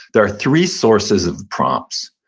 there are three sources of prompts.